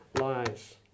lies